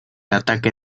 ataque